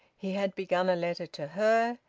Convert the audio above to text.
he had begun a letter to her.